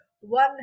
one